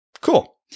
cool